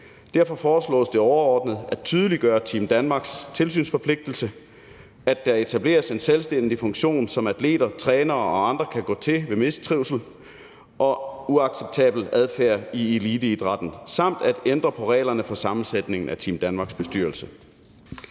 Derfor foreslås det overordnet at tydeliggøre Team Danmarks tilsynsforpligtelse; at der etableres en selvstændig funktion, som atleter, trænere og andre kan gå til ved mistrivsel og uacceptabel adfærd i eliteidrætten, samt at der ændres på reglerne for sammensætningen af Team Danmarks bestyrelse.